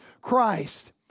Christ